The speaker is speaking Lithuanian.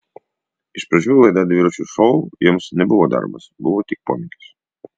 iš pradžių laida dviračio šou jiems nebuvo darbas buvo tik pomėgis